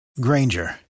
Granger